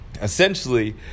Essentially